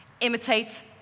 Imitate